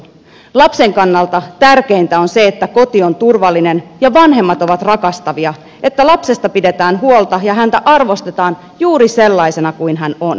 lapsen kannalta tärkeintä on se että koti on turvallinen ja vanhemmat ovat rakastavia että lapsesta pidetään huolta ja häntä arvostetaan juuri sellaisena kuin hän on